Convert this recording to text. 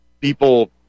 people